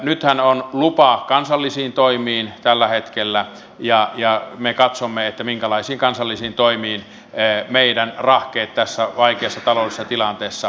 nythän on lupa kansallisiin toimiin tällä hetkellä ja me katsomme minkälaisiin kansallisiin toimiin meidän rahkeet tässä vaikeassa taloudellisessa tilanteessa riittävät